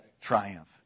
triumph